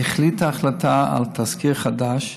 החליטה החלטה על תזכיר חדש,